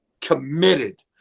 committed